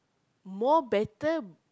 more better